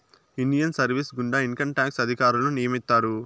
Indian service గుండా income tax అధికారులను నియమిత్తారు